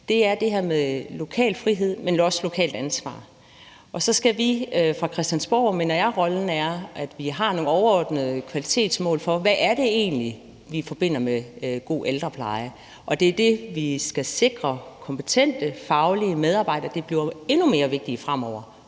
uger, er det her med lokal frihed, men også lokalt ansvar. Her fra Christiansborg mener jeg at rollen er, at vi skal have nogle overordnede kvalitetsmål for, hvad det egentlig er, vi forbinder med god ældrepleje, og det er også det med, at vi skal sikre kompetente, faglige medarbejdere. Det bliver endnu mere vigtigt fremover